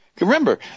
Remember